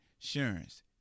Insurance